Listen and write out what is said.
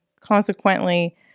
consequently